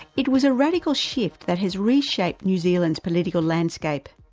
it was a radical shift that has reshaped new zealand's political landscape.